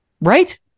right